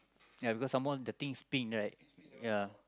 ya because some more the thing spin right ya